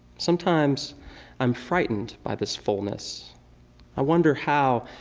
sometimes i am frightened by this fullness i wonder how,